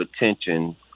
attention